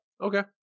Okay